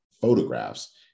photographs